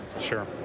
Sure